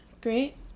great